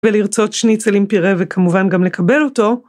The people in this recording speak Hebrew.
ולרצות שניצלים פירה וכמובן גם לקבל אותו.